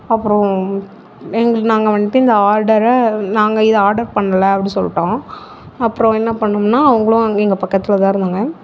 அப்புறம் எங்களுக்கு நாங்கள் வந்துட்டு இந்த ஆர்டரை நாங்கள் இதை ஆர்டர் பண்ணல அப்படி சொல்லிட்டோம் அப்புறம் என்ன பண்ணிணோம்னா அவங்களும் எங்கள் பக்கத்தில்தான் இருந்தாங்க